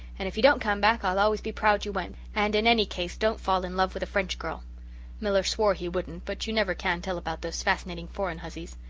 and if you don't come back i'll always be proud you went, and in any case don't fall in love with a french girl miller swore he wouldn't, but you never can tell about those fascinating foreign hussies.